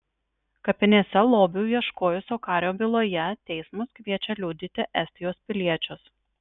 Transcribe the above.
kapinėse lobių ieškojusio kario byloje teismas kviečia liudyti estijos piliečius